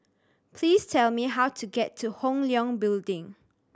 please tell me how to get to Hong Leong Building